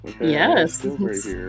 Yes